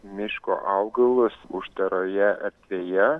miško augalus uždaroje erdvėje